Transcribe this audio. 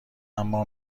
اما